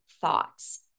thoughts